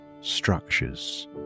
structures